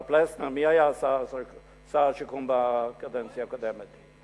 מר פלסנר, מי היה שר השיכון בקדנציה הקודמת?